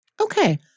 Okay